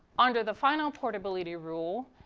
under the final portability rule,